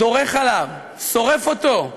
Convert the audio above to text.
דורך עליו, שורף אותו,